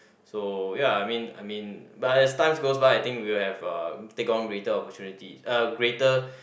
so ya I mean I mean but as times goes by I think we'll have uh take on greater opportunity uh greater